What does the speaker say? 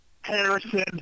Harrison